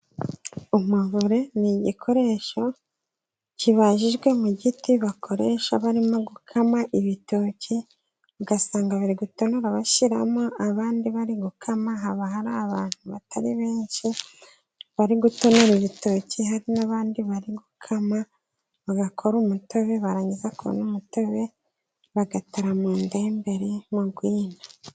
Umuvure ni igikoresho kibajijwe mu giti, bakoresha barimo gukama ibitoki. Ugasanga bari gutonora, bashyiramo, abandi bari gukama. Haba hari abantu batari benshi bari gutonora ibitoki, hari n’abandi bari gukama, bagakora umutobe. Barangiza kubona umutobe, bagatara mu ndemberi, mu rwina.